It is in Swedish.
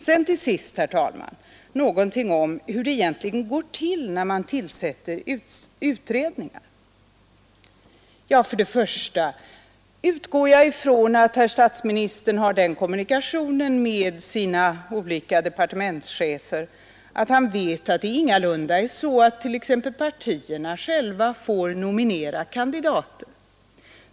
Sedan, herr talman, något om hur det egentligen går till när utredningar tillsätts. Jag utgår ifrån att herr statsministern har den kommunikationen med sina olika departementschefer att han vet att det ingalunda är så att partierna själva alltid får nominera kandidater.